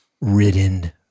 ridden